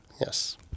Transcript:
yes